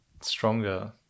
stronger